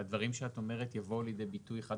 הדברים שאת אומרת יבואו לידי ביטוי חד